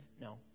No